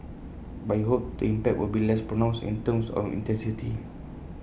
but we hope the impact will be less pronounced in terms of intensity